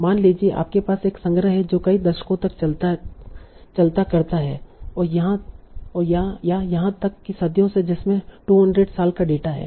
मान लीजिए आपके पास एक संग्रह है जो कई दशकों तक चलता करता है या यहां तक कि सदियों से जिसमे 200 साल का डेटा है